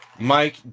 Mike